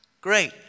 great